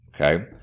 Okay